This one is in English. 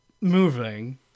moving